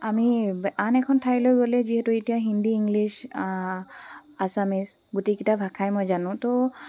আমি আন এখন ঠাইলৈ গ'লে যিহেতু এতিয়া হিন্দী ইংলিছ আছামিচ গোটেইকেইটা ভাষাই মই জানো তো